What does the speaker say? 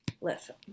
Listen